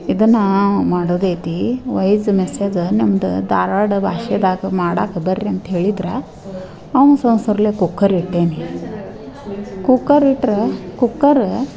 ಇದನ್ನು ಮಾಡೋದೈತಿ voice message ನಮ್ದು ಧಾರವಾಡ ಭಾಷೆದಾಗೆ ಮಾಡಕ್ಕೆ ಬರ್ರಿ ಅಂತ ಹೇಳಿದ್ರು ಅವ್ನ್ಸ ಅವಸರ್ಲೆ ಕುಕ್ಕರ್ ಇಟ್ಟೇನಿ ಕುಕ್ಕರ್ ಇಟ್ರೆ ಕುಕ್ಕರ